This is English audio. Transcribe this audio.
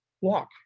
Walk